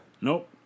Nope